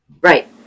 Right